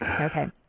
Okay